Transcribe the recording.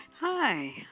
Hi